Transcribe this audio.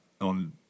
on